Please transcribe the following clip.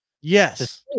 Yes